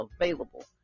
available